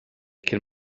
cyn